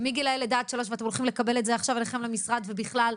ומגילאי לידה עד 3 אתם הולכים לקבל את זה עכשיו אליכם למשרד ובכלל.